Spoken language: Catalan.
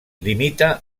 limita